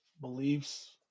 beliefs